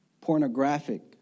Pornographic